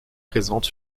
présente